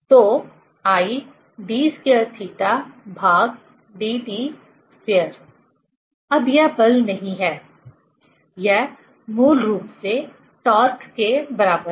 तो Id2θdt2 अब यह बल नहीं है यह मूल रूप से टॉर्क के बराबर है